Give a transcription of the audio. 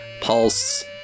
pulse